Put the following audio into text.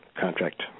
contract